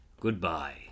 Goodbye